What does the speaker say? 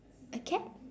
a cat